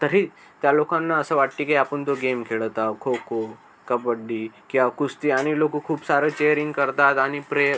तरी त्या लोकांना असं वाटते की आपण तो गेम खेळत आहे खोखो कबड्डी क्याव कुस्ती आणि लोक खूप सारे चेयरिंग करतात आणि प्रे